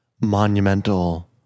monumental